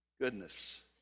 Goodness